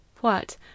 What